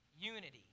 unity